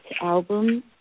album